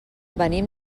venim